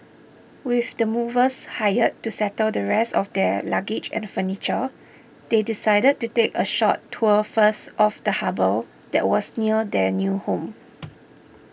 with the movers hired to settle the rest of their luggage and furniture they decided to take a short tour first of the harbour that was near their new home